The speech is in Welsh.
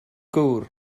gŵr